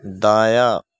دایاں